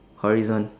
horizon~